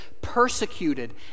persecuted